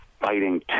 fighting